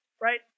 right